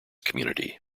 community